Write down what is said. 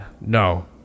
no